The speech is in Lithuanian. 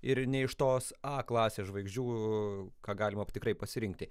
ir ne iš tos a klasės žvaigždžių ką galima tikrai pasirinkti